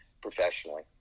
professionally